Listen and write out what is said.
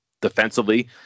defensively